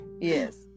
yes